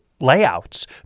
layouts